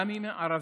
גם אם הם ערבים,